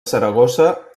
saragossa